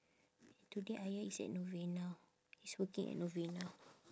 today ayah is at novena he's working at novena